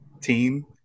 team